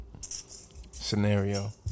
Scenario